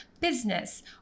business